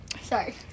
sorry